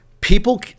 people